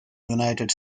united